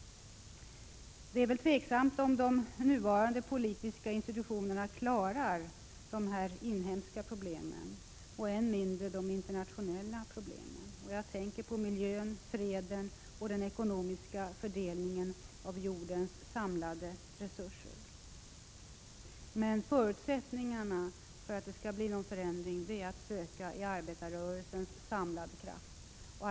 Det är väl tveksamt om de nuvarande politiska institutionerna klarar våra inhemska problem, än mindre de internationella problemen — jag tänker på miljön, freden och den ekonomiska fördelningen av jordens samlade resurser. Men förutsättningarna för att det skall bli någon förändring är att söka i arbetarrörelsens samlade kraft.